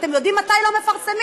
אתם יודעים מתי לא מפרסמים?